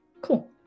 cool